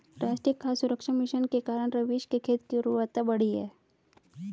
राष्ट्रीय खाद्य सुरक्षा मिशन के कारण रवीश के खेत की उर्वरता बढ़ी है